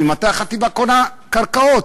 ממתי החטיבה קונה קרקעות?